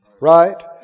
Right